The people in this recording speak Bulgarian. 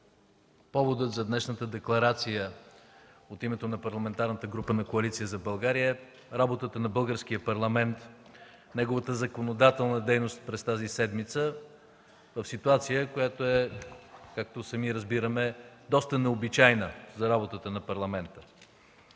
Поводът за днешната декларация от името на Парламентарната група на Коалиция за България – работата на Българския парламент, неговата законодателна дейност през тази седмица в ситуация, която е, както сами разбираме, доста необичайна за работата на Парламента.